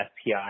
SPI